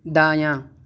دایاں